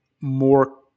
more